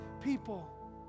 people